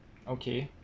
okay